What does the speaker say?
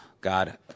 God